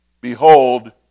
behold